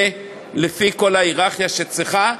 לפי כל ההייררכיה שצריך,